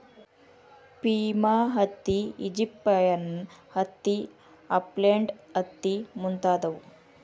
Pima ಹತ್ತಿ, Egyptian ಹತ್ತಿ, upland ಹತ್ತಿ ಮುಂತಾದವು